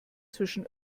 zwischen